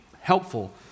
helpful